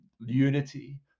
unity